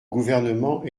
gouvernement